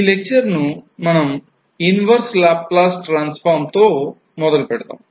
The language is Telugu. ఈ లెక్చర్ ను మనం inverse Laplace transform తో మొదలు పెడదాం